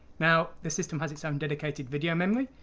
now the system has its own dedicated video memory.